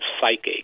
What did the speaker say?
psychic